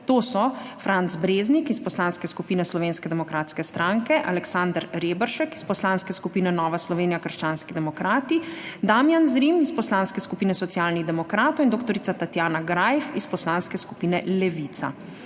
To so: Franc Breznik iz Poslanske skupine Slovenske demokratske stranke, Aleksander Reberšek iz Poslanske skupine Nova Slovenija – krščanski demokrati, Damijan Zrim iz Poslanske skupine Socialnih demokratov in dr. Tatjana Greif iz Poslanske skupine Levica.